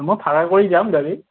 মই ভাড়া কৰি যাম গাড়ী